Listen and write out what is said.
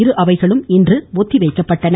இரு அவைகளும் இன்று ஒத்திவைக்கப்பட்டன